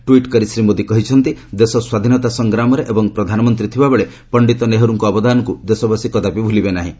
tweet କରି ଶ୍ରୀ ମୋଦି କହିଛନ୍ତି ଦେଶ ସ୍ୱାଧୀନତା ସଂଗ୍ରାମରେ ଏବଂ ପ୍ରଧାନମନ୍ତ୍ରୀ ଥିବାବେଳେ ପଣ୍ଡିତ ନେହେରୁଙ୍କ ଅବଦାନକୁ ଦେଶବାସୀ କଦାପି ଭୁଲିବେ ନାହିଁ